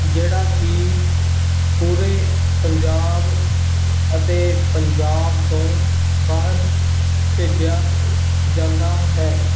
ਜਿਹੜਾ ਕਿ ਪੂਰੇ ਪੰਜਾਬ ਅਤੇ ਪੰਜਾਬ ਤੋਂ ਬਾਹਰ ਭੇਜਿਆ ਜਾਂਦਾ ਹੈ